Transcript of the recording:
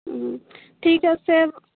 ঠিক আছে